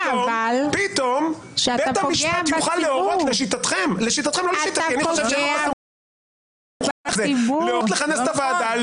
פתאום לשיטתכם בית המשפט יוכל להורות לכנס את הוועדה,